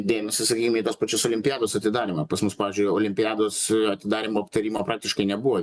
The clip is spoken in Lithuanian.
dėmesį sakykim į tuos pačius olimpiados atidarymą pas mus pavyzdžiui olimpiados atidarymo aptarimo praktiškai nebuvo